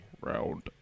Round